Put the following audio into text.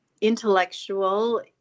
intellectual